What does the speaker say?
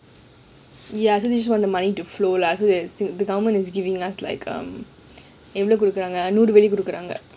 ya so this is to get the money to flow lah so that the government is giving us like um எவளோ குடக்குறாங்க நூறு வார குடக்குறாங்க:ewalo kudkkuraanga nooru ware kudkkuraanga